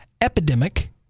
epidemic